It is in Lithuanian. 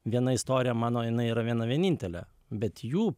viena istorija mano jinai yra viena vienintelė bet jų